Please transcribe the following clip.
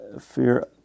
fear